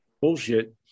bullshit